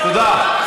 תודה.